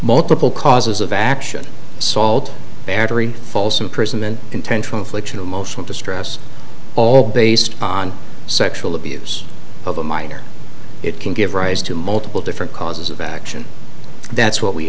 multiple causes of action salt battery false imprisonment intentional infliction of emotional distress all based on sexual abuse of a minor it can give rise to multiple different causes of action that's what we